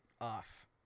off